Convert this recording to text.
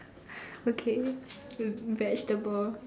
okay vegetable